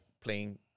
playing